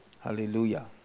Hallelujah